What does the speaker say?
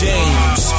James